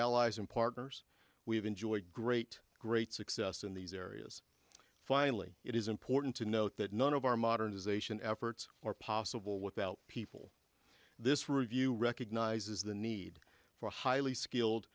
allies and partners we have enjoyed great great success in these areas finally it is important to note that none of our modernization efforts or possible without people this review recognizes the need for a highly skilled